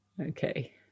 okay